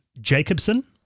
Jacobson